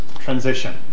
transition